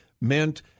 meant